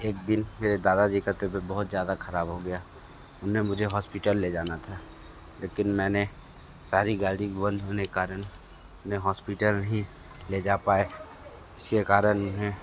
एक दिन मेरे दादाजी का तबीयत बहुत ज़्यादा खराब हो गया उन्हें मुझे हॉस्पिटल ले जाना था लेकिन मैंने सारी गाड़ी बंद होने कारण मैं हॉस्पिटल नहीं ले जा पाया इसके कारण उन्हें